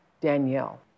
Danielle